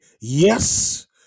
Yes